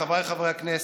חבריי חברי הכנסת,